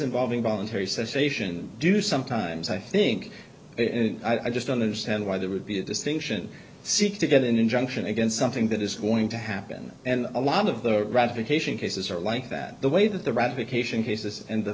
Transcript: involving voluntary cessation do sometimes i think i just don't understand why there would be a distinction seek to get an injunction against something that is going to happen and a lot of the ratification cases are like that the way that the ratification cases and the